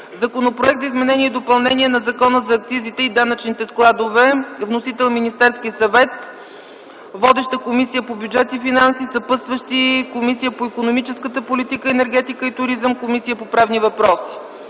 Законопроект за изменение и допълнение на Закона за акцизите и данъчните складове. Вносител е Министерският съвет. Водеща е Комисията по бюджет и финанси. Съпътстващи са Комисията по икономическа политика, енергетика и туризъм и Комисията по правни въпроси.